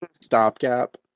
stopgap